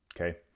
Okay